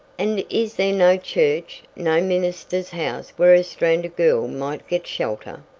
and is there no church no minister's house where a stranded girl might get shelter?